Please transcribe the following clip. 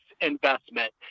investment